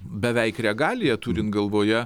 beveik regalija turint galvoje